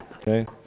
Okay